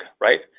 right